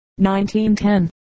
1910